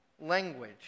Language